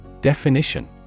Definition